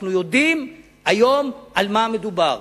אנחנו יודעים היום על מה מדובר.